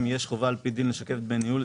יש חובה על פי דין לשקף את דמי הניהול.